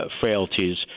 frailties